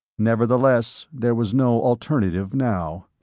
nevertheless, there was no alternative now.